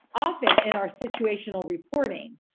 often in our situational reporting,